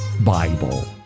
Bible